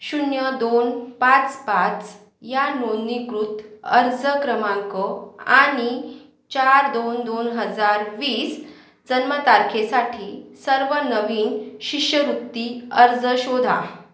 शून्य दोन पाच पाच या नोंदणीकृत अर्ज क्रमांक आणि चार दोन दोन हजार वीस जन्मतारखेसाठी सर्व नवीन शिष्यवृत्ती अर्ज शोधा